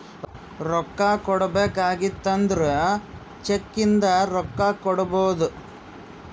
ರೊಕ್ಕಾ ಕೊಡ್ಬೇಕ ಆಗಿತ್ತು ಅಂದುರ್ ಚೆಕ್ ಇಂದ ರೊಕ್ಕಾ ಕೊಡ್ಬೋದು